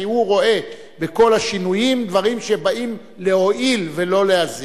כי הוא רואה בכל השינויים דברים שבאים להועיל ולא להזיק.